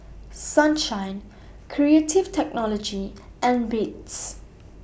Sunshine Creative Technology and Beats